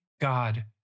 God